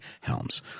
Helms